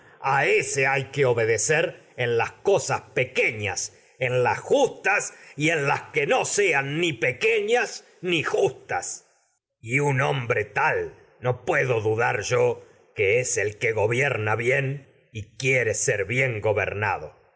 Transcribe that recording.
cosas ése hay que obe pequeñas en las justas y en las que no sean ni pequeñas ni que justas y un hombre tal no puedo gobierna bien y quiere ser bien